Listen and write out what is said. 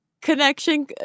connection